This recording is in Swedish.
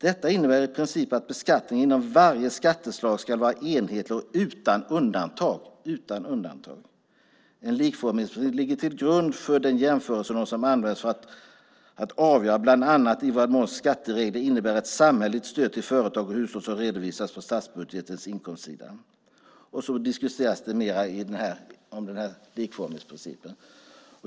Detta innebär i princip att beskattningen inom varje skatteslag ska vara enhetlig och utan undantag. En likformighetsprincip ligger till grund för den jämförelsenorm som används för att avgöra bl.a. i vad mån skatteregler innebär ett samhälleligt stöd till företag och hushåll som redovisas på statsbudgetens inkomstsida." Sedan diskuteras mera om denna likformighetsprincip.